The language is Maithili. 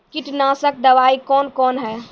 कीटनासक दवाई कौन कौन हैं?